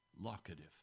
Locative